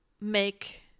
make